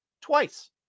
Twice